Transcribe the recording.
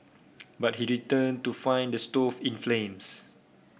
but he returned to find the stove in flames